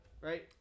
right